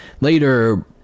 later